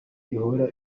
ihora